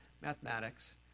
mathematics